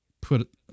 put